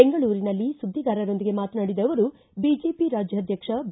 ಬೆಂಗಳೂರಿನಲ್ಲಿ ಸುದ್ದಿಗಾರರೊಂದಿಗೆ ಮಾತನಾಡಿದ ಅವರು ಬಿಜೆಪಿ ರಾಜ್ಯಾಧ್ಯಕ್ಷ ಬಿ